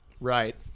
Right